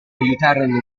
aiutarono